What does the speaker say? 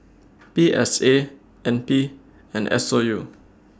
P S A N P and S O U